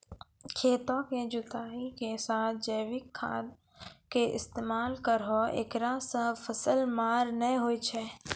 खेतों के जुताई के साथ जैविक खाद के इस्तेमाल करहो ऐकरा से फसल मार नैय होय छै?